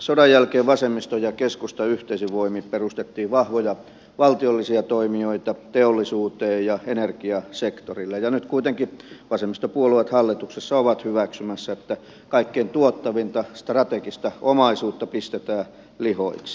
sodan jälkeen vasemmiston ja keskustan yhteisin voimin perustettiin vahvoja valtiollisia toimijoita teollisuuteen ja energiasektorille ja nyt kuitenkin vasemmistopuolueet hallituksessa ovat hyväksymässä että kaikkein tuottavinta strategista omaisuutta pistetään lihoiksi